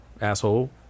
asshole